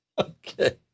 Okay